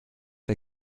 der